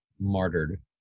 martyred